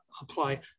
apply